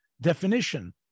definition